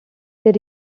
there